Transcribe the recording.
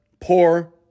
poor